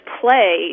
play